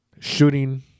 shooting